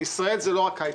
ישראל היא לא רק הייטק.